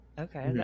Okay